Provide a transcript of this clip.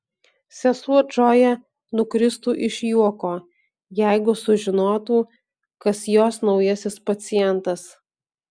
sesuo džoja nukristų iš juoko jeigu sužinotų kas jos naujasis pacientas